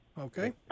Okay